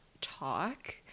talk